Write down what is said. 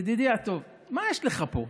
ידידי הטוב, מה יש לך פה?